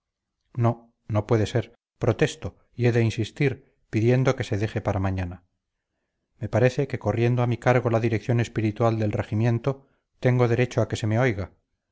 no no puede ser protesto y he de insistir pidiendo que se deje para mañana me parece que corriendo a mi cargo la dirección espiritual del regimiento tengo derecho a que se me oiga